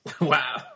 Wow